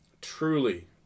Truly